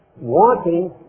wanting